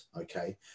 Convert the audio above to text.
okay